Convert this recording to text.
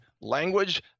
language